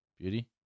Beauty